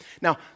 Now